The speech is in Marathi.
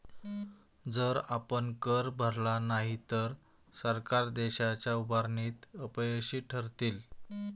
जर आपण कर भरला नाही तर सरकार देशाच्या उभारणीत अपयशी ठरतील